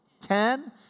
Ten